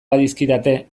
badizkidate